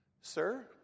Sir